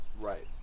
right